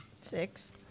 Six